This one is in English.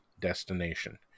destination